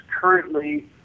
currently